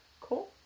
cool